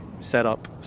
setup